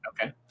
Okay